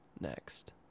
next